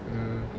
mm